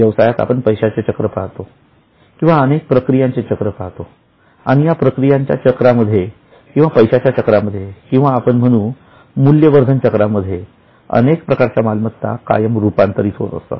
व्यवसायात आपण पैशाचे चक्र पाहतो किंवा अनके प्रक्रियांचे चक्र पाहतो आणि या प्रक्रियाच्या चक्रामध्ये किंवा पैशाच्या चक्रामध्ये किंवा आपण म्हणून मूल्यवर्धन चक्रामध्ये अनेक प्रकारच्या मालमत्ता कायम रुपांतरित होत असतात